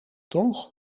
toch